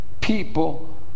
people